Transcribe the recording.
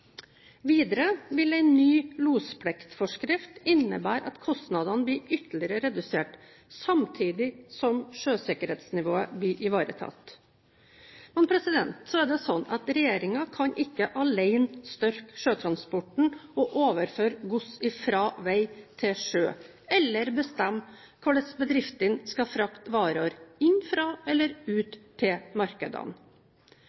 Videre vil en ny lospliktforskrift innebære at kostnadene blir ytterligere redusert, samtidig som sjøsikkerhetsnivået blir ivaretatt. Regjeringen kan ikke alene styrke sjøtransporten og overføre gods fra vei til sjø eller bestemme hvordan bedriftene skal frakte varer inn fra eller